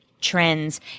trends